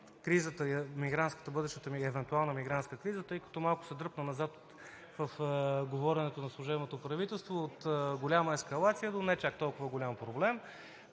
за справяне с бъдещата евентуална мигрантска криза, тъй като малко се дръпна назад в говоренето на служебното правителство – от голяма ескалация до не чак толкова голям проблем,